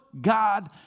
God